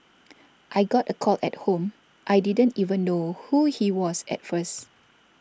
I got a call at home I didn't even know who he was at first